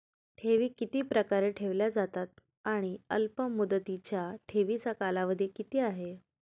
ठेवी किती प्रकारे ठेवल्या जातात आणि अल्पमुदतीच्या ठेवीचा कालावधी किती आहे?